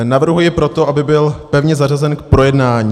Navrhuji proto, aby byl pevně zařazen k projednání.